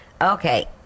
okay